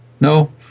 No